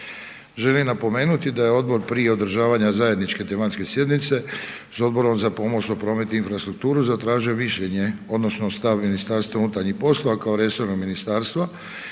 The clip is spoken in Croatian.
Želim napomenuti da je odbor prije održavanja zajedničke tematske sjednice s Odborom za pomorstvo, promet i infrastrukturu zatražio mišljenje odnosno stav MUP-a kao resornog ministarstva